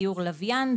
דיור לוויין,